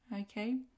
okay